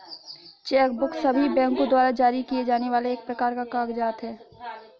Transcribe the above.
check book सभी बैंको द्वारा जारी किए जाने वाला एक प्रकार का कागज़ात है